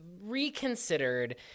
reconsidered